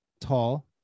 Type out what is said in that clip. tall